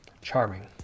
Charming